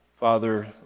Father